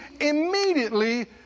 immediately